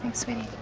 sweetie.